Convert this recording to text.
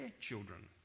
children